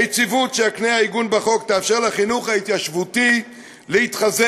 היציבות שיקנה העיגון בחוק תאפשר לחינוך ההתיישבותי להתחזק,